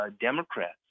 Democrats